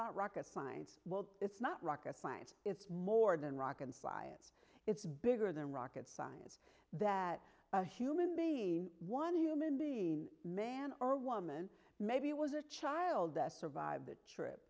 not rocket science it's not rocket science it's more than rock and fly it it's bigger than rocket science that a human being one human being man or woman maybe it was a child that survived that trip